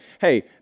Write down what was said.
Hey